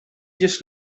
just